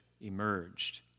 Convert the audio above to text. emerged